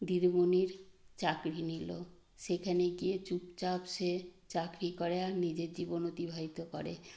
দিদিমণির চাকরি নিলো সেখানে গিয়ে চুপ চাপ সে চাকরি করে আর নিজের জীবন অতিবাহিত করে